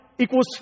Equals